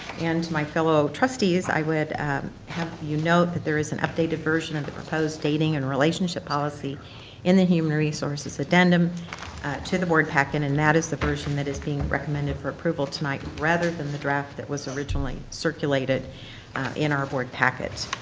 and to my fellow trustees, i would have you note that there is an updated version of the proposed dating and relationship policy in the human resources addendum to the board packet, and that is the version that is being recommended for the approval tonight rather than the draft that was originally circulated in our board packet.